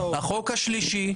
החוק השלישי,